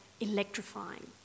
electrifying